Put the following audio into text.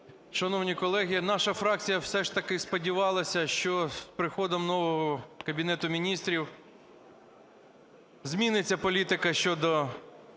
Шановні колеги, наша фракція все ж таки сподівалася, що з приходом нового Кабінету Міністрів зміниться політика щодо